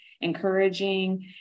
encouraging